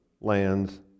lands